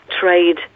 trade